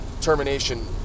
termination